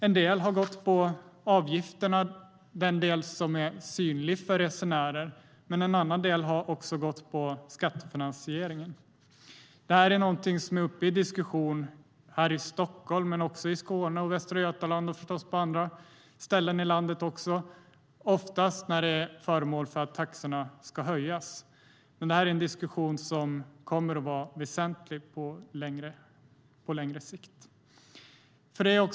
En del har gått på avgifterna, den del som är synlig för resenärer. En annan del har gått på skattefinansieringen. Det här är någonting som är uppe för diskussion här i Stockholm men också i Skåne, Västra Götaland och, förstås, på andra ställen i landet. Oftast handlar det om att taxorna ska höjas. Men det här är en diskussion som kommer att vara väsentlig på längre sikt.